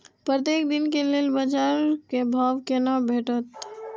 प्रत्येक दिन के लेल बाजार क भाव केना भेटैत?